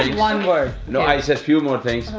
one word. no, i said few more things,